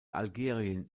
algerien